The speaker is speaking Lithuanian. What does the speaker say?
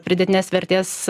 pridėtinės vertės